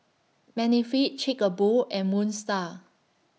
Benefit Chic A Boo and Moon STAR